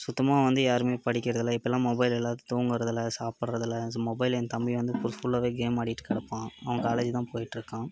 சுத்தமாக வந்து யாருமே படிக்கிறதில்லை இப்பெல்லாம் மொபைல் இல்லாது தூங்கறதில்லை சாப்பிடுறதில்ல ஸு மொபைல் என் தம்பி வந்து ஃபுல்லாகவே கேம் ஆடிகிட்டு கிடப்பான் அவன் காலேஜி தான் போய்கிட்ருக்கான்